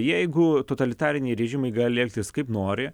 jeigu totalitariniai režimai gali elgtis kaip nori